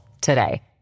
today